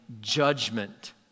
judgment